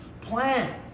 plan